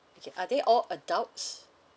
okay are they all adults